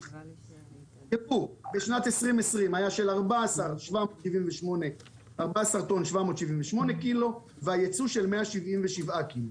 הייבוא בשנת 2020 היה בכמות של 14 טון ו-778 ק"ג והייצוא של כ-177 ק"ג.